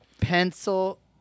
Pencil